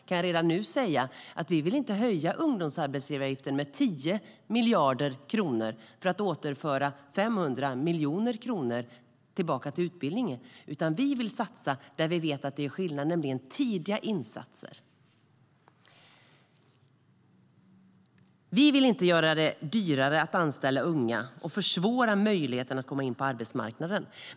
Jag kan redan nu säga att vi inte vill höja ungdomsarbetsgivaravgiften med 10 miljarder kronor för att återföra 500 miljoner kronor till utbildningen. Vi vill satsa där vi vet att det gör skillnad, nämligen på tidiga insatser. Vi vill inte göra det dyrare att anställa unga och försvåra möjligheten att komma in på arbetsmarknaden.